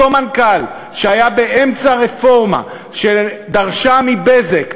אותו מנכ"ל שהיה באמצע רפורמה שדרשה מ"בזק"